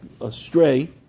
astray